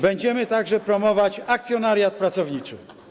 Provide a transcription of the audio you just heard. Będziemy także promować akcjonariat pracowniczy.